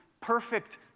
perfect